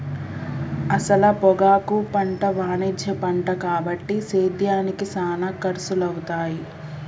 అసల పొగాకు పంట వాణిజ్య పంట కాబట్టి సేద్యానికి సానా ఖర్సులవుతాయి